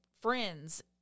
friends